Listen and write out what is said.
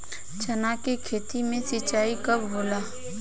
चना के खेत मे सिंचाई कब होला?